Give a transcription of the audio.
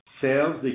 Sales